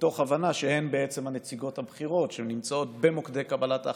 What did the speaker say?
מתוך הבנה שהן בעצם הנציגות הבכירות שנמצאות במוקדי קבלת ההחלטות.